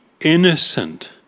innocent